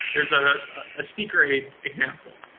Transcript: there's a ah speaker aid example,